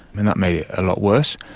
and that made it a lot worse.